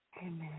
Amen